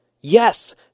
yes